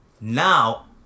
Now